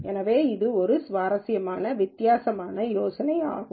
எனவே இது ஒரு சுவாரஸ்யமான வித்தியாசமான யோசனையாகும்